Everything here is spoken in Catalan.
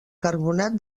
carbonat